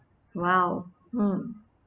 !wow! mm